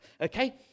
okay